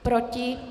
Proti?